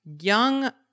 young